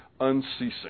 Unceasing